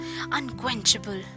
unquenchable